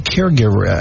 Caregiver